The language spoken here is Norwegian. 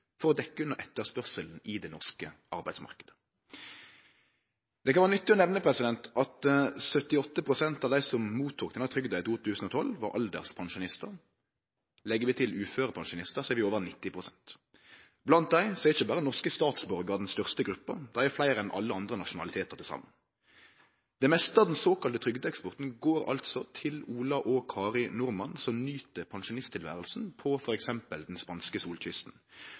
for å dekkje etterspurnaden i den norske arbeidsmarknaden. Det kan vere nyttig å nemne at 78 pst. av dei som fekk denne trygda i 2012, var alderspensjonistar. Legg vi til uførepensjonistar, er vi over 90 pst. Blant dei er norske statsborgarar ikkje berre den største gruppa, dei er fleire enn alle andre nasjonalitetar til saman. Det meste av den såkalla trygdeeksporten går altså til Ola og Kari Nordmann, som nyt pensjonisttilveret på f.eks. den spanske solkysten.